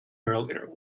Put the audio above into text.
earlier